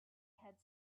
had